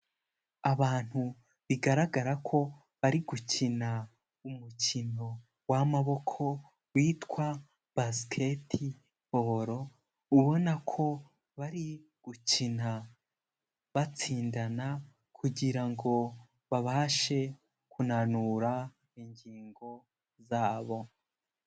Abantu bigaragara ko bari gukina umukino w'amaboko, witwa basiketi baro, ubona ko bari gukina batsindana kugira ngo babashe kunanura ingingo zabo.